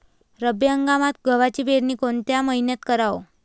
रब्बी हंगामात गव्हाची पेरनी कोनत्या मईन्यात कराव?